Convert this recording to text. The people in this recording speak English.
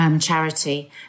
charity